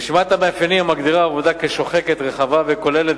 רשימת המאפיינים המגדירה עבודה כשוחקת רחבה וכוללת